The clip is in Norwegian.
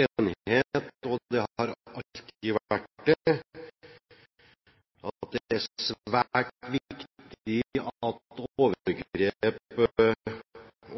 enighet – det har det alltid vært – om at det er svært viktig at overgrep